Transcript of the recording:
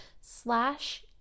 slash